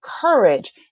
courage